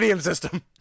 system